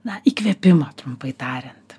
na įkvėpimo trumpai tariant